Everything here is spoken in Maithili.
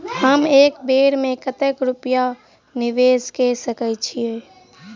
हम एक बेर मे कतेक रूपया निवेश कऽ सकैत छीयै?